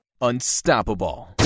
unstoppable